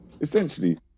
Essentially